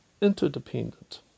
interdependent